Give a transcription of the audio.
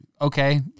okay